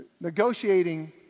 negotiating